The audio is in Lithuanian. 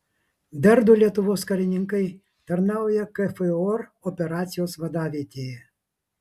dar du lietuvos karininkai tarnauja kfor operacijos vadavietėje